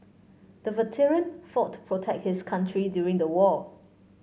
the veteran fought to protect his country during the war